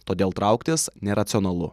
todėl trauktis neracionalu